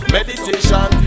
Meditation